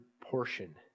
portion